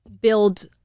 build